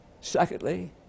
Secondly